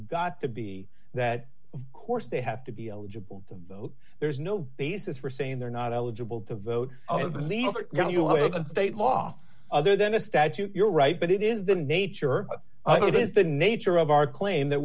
got to be that of course they have to be eligible to vote there's no basis for saying they're not eligible to vote you know you have a state law other than a statute you're right but it is the nature of it is the nature of our claim that